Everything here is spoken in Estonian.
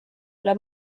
üle